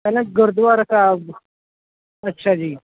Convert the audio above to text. ਪਹਿਲਾਂ ਗੁਰਦੁਆਰਾ ਸਾਹਿਬ ਅੱਛਾ ਜੀ